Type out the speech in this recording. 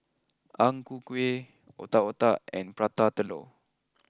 Ang Ku Kueh Otak Otak and Prata Telur